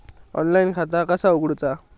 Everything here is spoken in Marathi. ऑनलाईन खाता कसा उगडूचा?